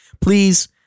Please